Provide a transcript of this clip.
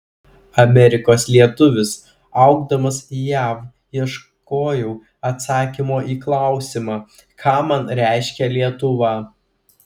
amerikos lietuvis augdamas jav ieškojau atsakymo į klausimą ką man reiškia lietuva